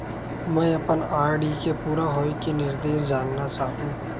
मैं अपन आर.डी के पूरा होये के निर्देश जानना चाहहु